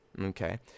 Okay